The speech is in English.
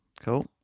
cool